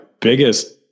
biggest